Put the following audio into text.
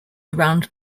around